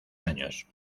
años